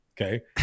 okay